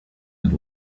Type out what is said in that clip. had